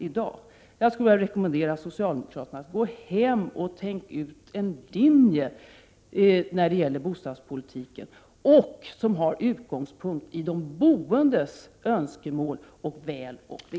Jag skulle vilja rekommendera socialdemokraterna att sätta sig ned och tänka ut en linje i fråga om bostadspolitiken och därefter komma med förslag om en bostadspolitik som har utgångspunkt i de boendes önskemål och väl och ve.